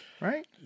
Right